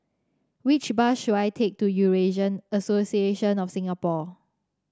which bus should I take to Eurasian Association of Singapore